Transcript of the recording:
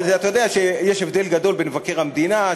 אבל אתה יודע שיש הבדל גדול בין מבקר המדינה,